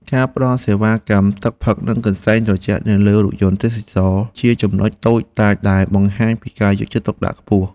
ការផ្តល់សេវាកម្មទឹកផឹកនិងកន្សែងត្រជាក់នៅលើរថយន្តទេសចរណ៍ជាចំណុចតូចតាចតែបង្ហាញពីការយកចិត្តទុកដាក់ខ្ពស់។